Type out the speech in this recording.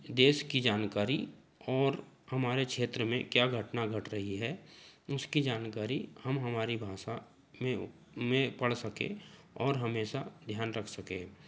देश की जानकारी और हमारे क्षेत्र में क्या घटना घट रही है उसकी जानकारी हम हमारी भाषा में में पढ़ सकें और हमेशा ध्यान रख सकें